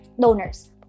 donors